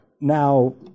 now